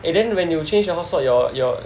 eh then when you change your hotspot your your